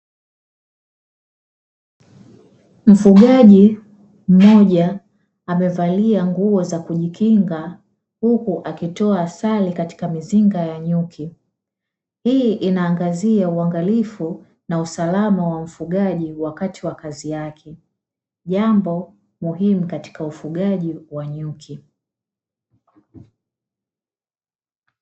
Mfugaji mmoja amevalia nguo za kujikinga huku akitoa asali katika mizinga ya nyuki. Hii inaangazia uangalifu wa usalama wa mfugaji wakati wa Kazi yake, Jambo muhimu katika ufugaji wa nyuki.